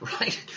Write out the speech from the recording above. right